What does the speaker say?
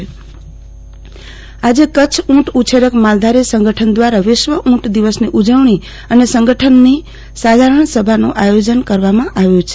આરતી ભક્ વિશ્વ ઉંટ દિવસ આજે કચ્છ ઊંટ ઉછેરક માલધારી સંગઠન દ્વારા વિશ્વ ઊંટ દિવસની ઉજવણી અને સંગઠનની સાધારણ સભાનું આયોજ કરવામાં આવ્યું છે